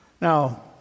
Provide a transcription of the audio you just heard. Now